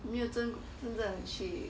没有真真正去